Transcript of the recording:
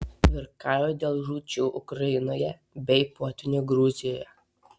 virkauja dėl žūčių ukrainoje bei potvynio gruzijoje